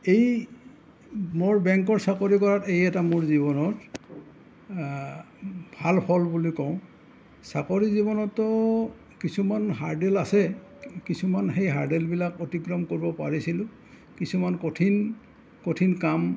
এই মোৰ বেংকৰ চাকৰি কৰাত এয়ে এটা মোৰ জীৱনৰ ভাল ফল বুলি কওঁ চাকৰি জীৱনতটো কিছুমান হাৰ্দেল আছে কিছুমান সেই হাৰ্দেলবিলাক অতিক্ৰম কৰিব পাৰিছিলোঁ কিছুমান কঠিন কঠিন কাম